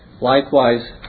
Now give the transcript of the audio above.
Likewise